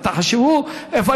תחשבו איפה,